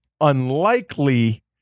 unlikely